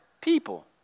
people